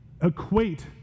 equate